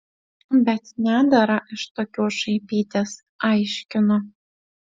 bet nedera iš tokių šaipytis aiškinu